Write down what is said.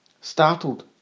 Startled